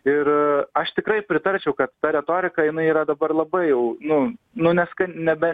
ir aš tikrai pritarčiau kad ta retorika jinai yra dabar labai jau nu nu nes ka nebe